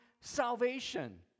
salvation